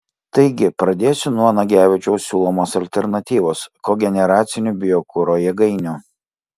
taigi pradėsiu nuo nagevičiaus siūlomos alternatyvos kogeneracinių biokuro jėgainių